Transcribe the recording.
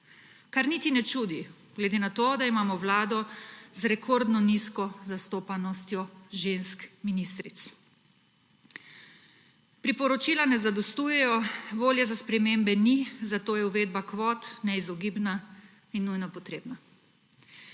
Kar niti ne čudi glede na to, da imamo vlado z rekordno nizko zastopanostjo žensk ministric. Priporočila ne zadostujejo, volje za spremembe ni, zato je uvedba kvot neizogibna in nujno potrebna.